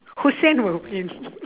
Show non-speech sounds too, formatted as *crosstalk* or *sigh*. who say *laughs*